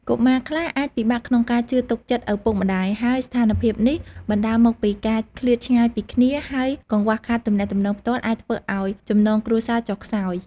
កុមារខ្លះអាចពិបាកក្នុងការជឿទុកចិត្តឪពុកម្ដាយ ហើយស្ថានភាពនេះបណ្ដាលមកពីការឃ្លាតឆ្ងាយពីគ្នា ហើយកង្វះខាតទំនាក់ទំនងផ្ទាល់អាចធ្វើឲ្យចំណងគ្រួសារចុះខ្សោយ។